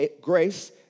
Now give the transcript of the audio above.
grace